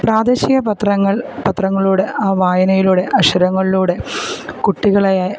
പ്രാദേശിക പത്രങ്ങൾ പത്രങ്ങളുടെ ആ വായനയിലൂടെ അക്ഷരങ്ങളിലൂടെ കുട്ടികളെ